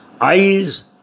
Eyes